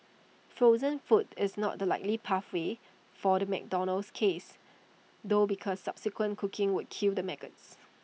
frozen food is not the likely pathway for the McDonald's case though because subsequent cooking would kill the maggots